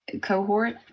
Cohort